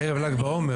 בערב ל"ג בעומר.